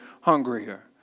hungrier